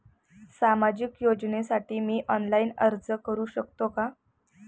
सामाजिक योजनेसाठी मी ऑनलाइन अर्ज करू शकतो का?